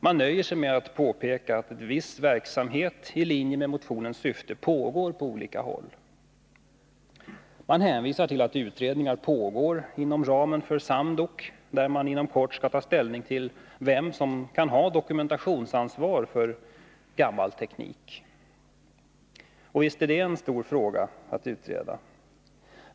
Man nöjer sig med att påpeka att viss verksamhet i linje med motionens syfte pågår på olika håll. Man hänvisar till att utredningar pågår inom ramen för SAMDOK, som inom kort skall ta ställning till vem som kan ha dokumentationsansvar för gammal teknik. Och visst är det en stor fråga att utreda.